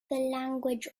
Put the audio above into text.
language